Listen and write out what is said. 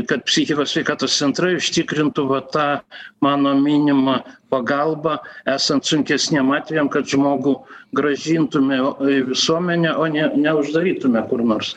kad psichikos sveikatos centrai užtikrintų va tą mano minimą pagalbą esant sunkesniem atvejam kad žmogų grąžintume į visuomenę o ne ne uždarytume kur nors